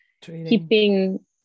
keeping